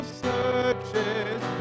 searches